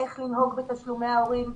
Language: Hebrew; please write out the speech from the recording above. איך לנהוג בתשלומי ההורים,